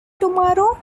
tomorrow